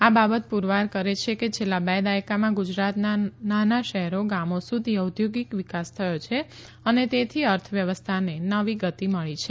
આ બાબત પુરવાર કરે છે કે છેલ્લા બે દાયકામાં ગુજરાતના નાના શહેરો ગામો સુધી ઔદ્યોગીક વિકાસ થયો છે અને તેથી અર્થવ્યવસ્થાને નવી ગતિ મળી છે